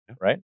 right